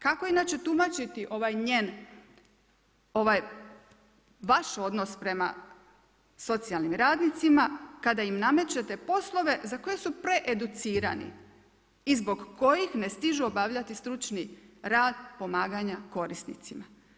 Kako inače tumačiti, ovaj njen, ovaj vaš odnos prema socijalnim radnicima, kada im namećete poslove za koje su preeducirani i zbog kojih ne stignu obavljati stručni rad pomaganja korisnicima.